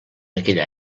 aquella